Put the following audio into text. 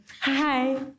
Hi